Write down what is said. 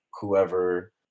whoever